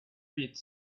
pits